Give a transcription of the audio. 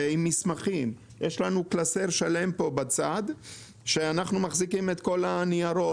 יש לנו קלסר שלם שבו אנחנו מחזיקים את כל הניירות.